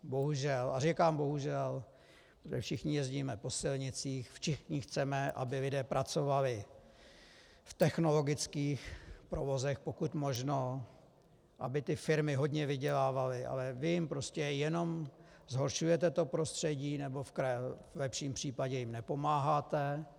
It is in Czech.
Bohužel, a říkám bohužel, všichni jezdíme po silnicích, všichni chceme, aby lidé pracovali v technologických provozech, pokud možno aby firmy hodně vydělávaly, ale vy jim prostě jenom zhoršujete prostředí, nebo v lepším případě jim nepomáháte.